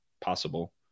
possible